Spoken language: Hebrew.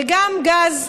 וגם גז.